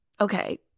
Okay